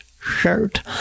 shirt